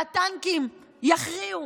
והטנקים יכריעו.